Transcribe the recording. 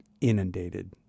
inundated